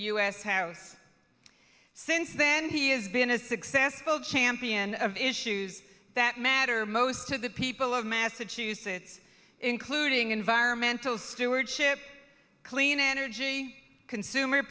s house since then he is been a successful champion of issues that matter most to the people of massachusetts including environmental stewardship clean energy consumer